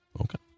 okay